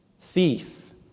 thief